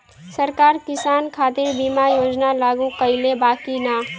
सरकार किसान खातिर बीमा योजना लागू कईले बा की ना?